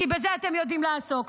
כי בזה אתם יודעים לעסוק.